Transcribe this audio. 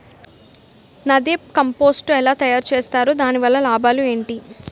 NADEP compost ఎలా తయారు చేస్తారు? దాని వల్ల లాభాలు ఏంటి?